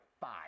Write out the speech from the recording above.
five